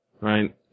right